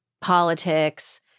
politics